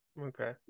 Okay